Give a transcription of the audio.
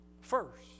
first